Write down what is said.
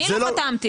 אני לא חתמתי.